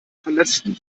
verletzten